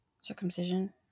circumcision